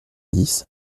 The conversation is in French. dix